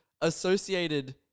associated